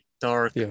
dark